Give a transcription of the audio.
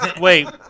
wait